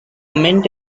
mint